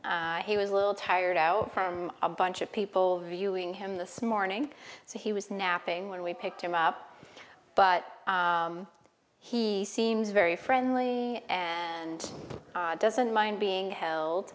he was a little tired out from a bunch of people viewing him this morning so he was napping when we picked him up but he seems very friendly and doesn't mind being